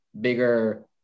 bigger